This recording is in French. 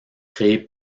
créé